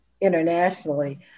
internationally